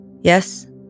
yes